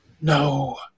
No